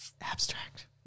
Abstract